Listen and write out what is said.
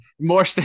More